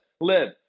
Live